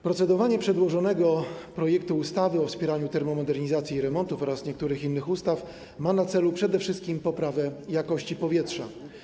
Procedowanie nad przedłożonym projektem ustawy o wspieraniu termomodernizacji i remontów oraz niektórych innych ustaw ma na celu przede wszystkim poprawę jakości powietrza.